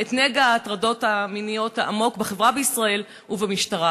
את הנגע העמוק של ההטרדות המיניות בחברה בישראל ובמשטרה.